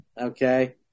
Okay